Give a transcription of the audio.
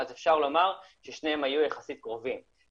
אז אפשר לומר ששניהם היו יחסית קרובים,